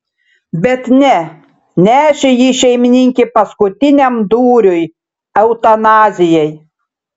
bet ne nešė jį šeimininkė paskutiniam dūriui eutanazijai